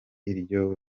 iryo